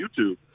YouTube